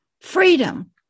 freedom